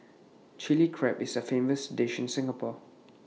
Chilli Crab is A famous dish in Singapore